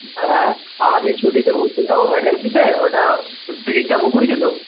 হ্যাঁ আমাদের ছুটিতে ঘুরতে যাবো ভ্যাকেন্সিতে ওটা টিকিটটা বুক হয়েছে তো